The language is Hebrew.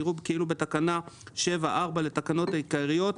יראו כאילו בתקנה 7(4) לתקנות העיקריות,